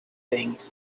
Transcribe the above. thinged